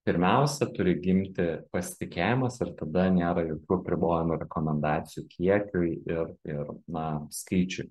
pirmiausia turi gimti pasitikėjimas ir tada nėra jokių apribojimų rekomendacijų kiekiui ir ir na skaičiui